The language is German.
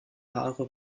haare